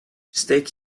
steek